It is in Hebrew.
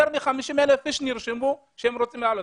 יותר מ-50,000 אנשים נרשמו שהם רוצים לעלות.